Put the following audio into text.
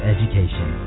Education